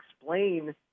explain